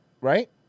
right